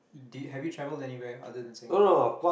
di~ have you travelled anywhere other than Singapore